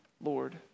Lord